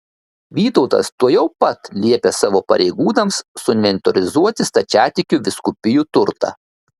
vytautas tuojau pat liepė savo pareigūnams suinventorizuoti stačiatikių vyskupijų turtą